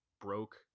broke